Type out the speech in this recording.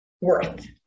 worth